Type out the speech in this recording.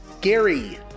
Gary